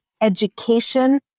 education